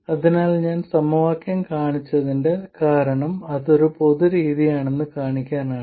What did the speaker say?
അതിനാൽ ഞാൻ സമവാക്യം കാണിച്ചതിന്റെ കാരണം അത് ഒരു പൊതു രീതിയാണെന്ന് കാണിക്കാനാണ്